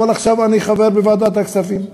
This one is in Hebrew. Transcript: אבל עכשיו אני חבר בוועדת הכספים,